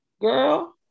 girl